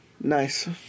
Nice